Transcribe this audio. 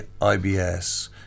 IBS